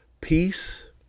peace